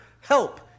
help